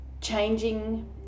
changing